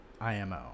IMO